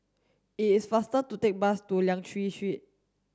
is faster to take bus to Liang Seah Street